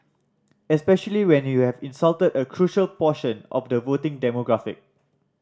especially when you have insulted a crucial portion of the voting demographic